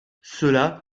cela